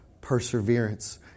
perseverance